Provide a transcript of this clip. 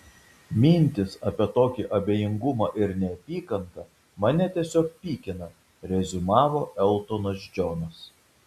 mintys apie tokį abejingumą ir neapykantą mane tiesiog pykina reziumavo eltonas džonas